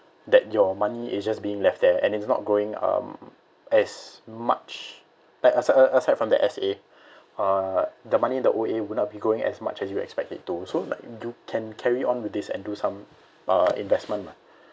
that your money is just being left there and it's not growing um as much like aside uh aside from the S_A uh the money in the O_A will not be growing as much as you expect it to so that you can carry on with this and do some uh investment lah